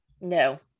No